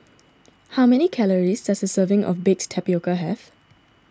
how many calories does a serving of Baked Tapioca have